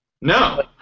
No